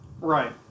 Right